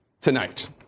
tonight